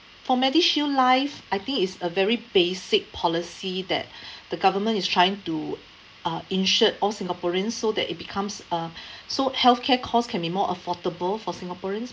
for medishield life I think it's a very basic policy that the government is trying to uh insure all singaporeans so that it becomes uh so healthcare costs can be more affordable for singaporeans